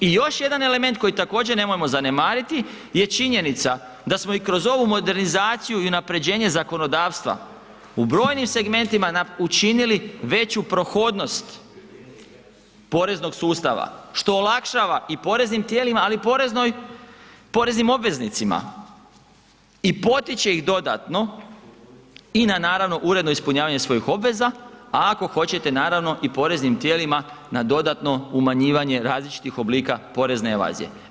I još jedan element koji također nemojmo zanemariti je činjenica da smo i kroz ovu modernizaciju i unapređenje zakonodavstva u brojnim segmentima učinili veću prohodnost poreznog sustava što olakšava i poreznim tijelima ali i poreznim obveznicima i potiče ih dodatno i na naravno uredno ispunjavanje svojih obveza a ako hoćete naravno i poreznim tijelima na dodatno umanjivanje različitih oblika porezne evazije.